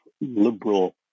liberal